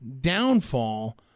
downfall